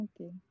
Okay